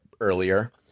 earlier